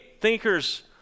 thinkers